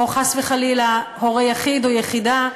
או חס וחלילה הורה יחיד או יחידה,